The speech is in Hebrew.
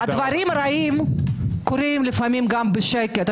דברים רעים קורים לפעמים גם בשקט.